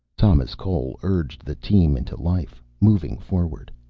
thomas cole urged the team into life, moving forward.